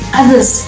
others